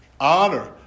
honor